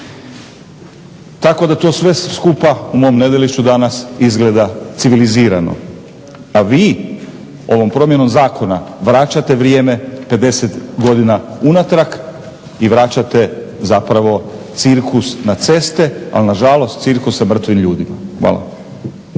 Tako da to sve skupa u mom Nedelišću danas izgleda civilizirano. A vi ovom promjenom zakona vraćate vrijeme 50 godina unatrag i vraćate zapravo cirkus na ceste ali nažalost cirkus sa mrtvim ljudima. Hvala.